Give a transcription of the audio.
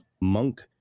Monk